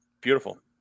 beautiful